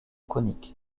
conique